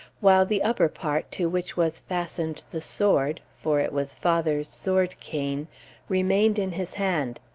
while the upper part, to which was fastened the sword for it was father's sword-cane remained in his hand.